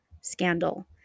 Scandal